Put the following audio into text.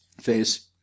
face